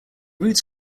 routes